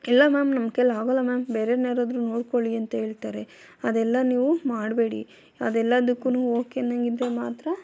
ಇಲ್ಲ ಮ್ಯಾಮ್ ನಮ್ಮ ಕೈಲಿ ಆಗಲ್ಲ ಮ್ಯಾಮ್ ಬೇರೆ ಇನ್ಯಾರಾದರೂ ನೋಡ್ಕೊಳ್ಳಿ ಅಂತ ಹೇಳ್ತಾರೆ ಅದೆಲ್ಲ ನೀವು ಮಾಡಬೇಡಿ ಅದೆಲ್ಲದಕ್ಕೂ ಓಕೆ ಅನ್ನೋಂಗಿದ್ರೆ ಮಾತ್ರ